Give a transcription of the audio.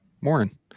morning